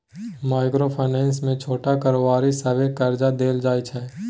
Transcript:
micro finance मे छोट कारोबारी सबकेँ करजा देल जाइ छै